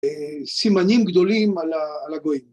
‫סימנים גדולים על הגויים.